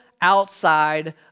outside